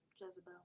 Jezebel